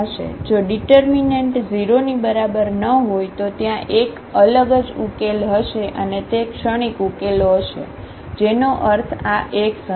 જો ઙીટરમીનન્ટ 0 ની બરાબર ન હોય તો ત્યાં એક અલગજ ઉકેલો હશે અને તે ક્ષણિક ઉકેલો હશે જેનો અર્થ આ x હશે